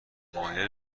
مایل